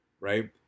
right